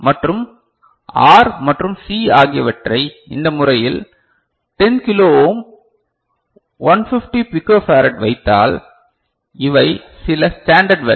மற்றும் ஆர் மற்றும் சி ஆகியவற்றை இந்த முறையில் 10 கிலோ ஓம் 150 பிக்கோ ஃபராட் வைத்தால் இவை சில ஸ்டாண்டர்ட் வேல்யூ